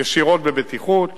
ישירות בבטיחות